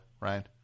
right